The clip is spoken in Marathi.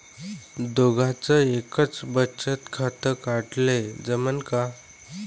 दोघाच एकच बचत खातं काढाले जमनं का?